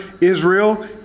Israel